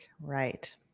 Right